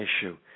issue